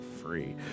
free